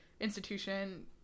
institution